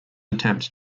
attempt